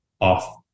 off